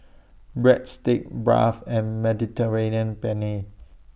Breadsticks Barfi and Mediterranean Penne